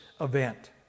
event